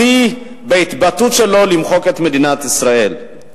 השיא בהתבטאות שלו למחוק את מדינת ישראל.